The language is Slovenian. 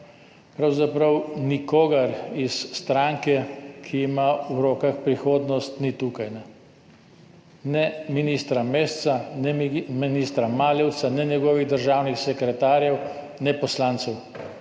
pravzaprav nikogar iz stranke, ki ima v rokah prihodnost, ni tukaj, ne ministra Mesca, ne ministra Maljevca, ne njegovih državnih sekretarjev, ne poslancev,